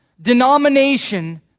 denomination